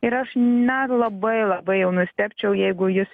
ir aš net labai labai jau nustebčiau jeigu jis